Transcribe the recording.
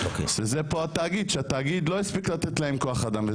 שהתאגיד לא הספיק לתת להם כוח-אדם,